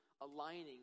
aligning